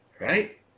right